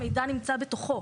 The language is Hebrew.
המידע נמצא בתוכו.